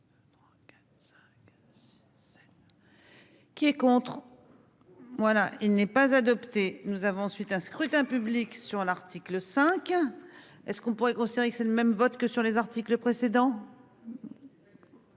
Qui est contre. Voilà, il n'est pas adopté. Nous avons ensuite un scrutin public sur l'article 5 1. Est ce qu'on pourrait considérer que c'est le même vote que sur les articles précédents.--